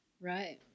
Right